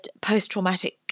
post-traumatic